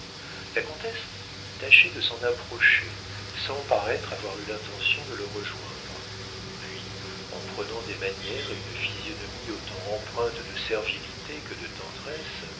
la comtesse tâchait de s'en approcher sans paraître avoir eu l'intention de le rejoindre puis en prenant des manières et une physionomie autant empreintes de servilité que de tendresse